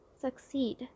succeed